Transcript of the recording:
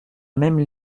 même